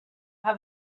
have